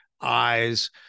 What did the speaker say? eyes